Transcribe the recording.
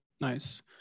Nice